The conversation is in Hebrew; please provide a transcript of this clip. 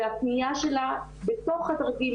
והפניה שלה בתוך הדרגים,